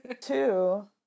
Two